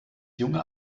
junge